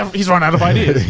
um he's run out of ideas.